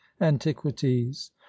antiquities